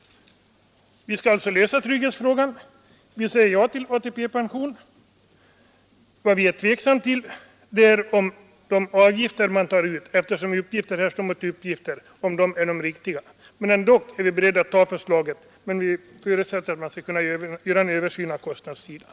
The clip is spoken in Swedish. Trygghetsfrågorna skall alltså lösas. Vi säger ja till ATP-pension. Vad vi är tveksamma till, eftersom uppgift står mot uppgift, är om de avgifter man tar ut är de riktiga. Ändock är vi beredda att acceptera förslaget, men vi förutsätter att man kan göra en översyn av avgifter och kostnader.